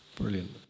Brilliant